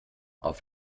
auf